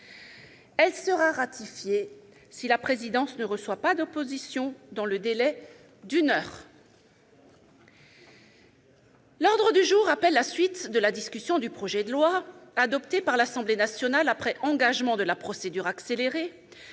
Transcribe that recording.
Elle sera ratifiée si la présidence ne reçoit pas d'opposition dans le délai d'une heure. L'ordre du jour appelle la suite de la discussion du projet de loi, adopté par l'Assemblée nationale après engagement de la procédure accélérée,